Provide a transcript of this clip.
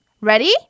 Ready